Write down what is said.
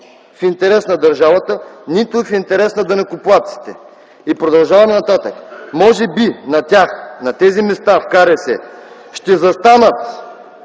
в интерес на държавата, нито в интерес на данъкоплатците”. И продължавам нататък: „Може би на тях, на тези места в КРС ще застанат